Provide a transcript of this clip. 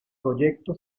proyecto